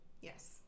Yes